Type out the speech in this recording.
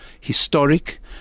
historic